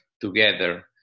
together